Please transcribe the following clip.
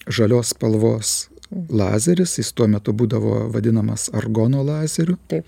žalios spalvos lazeris tuo metu būdavo vadinamas argono lazerių taip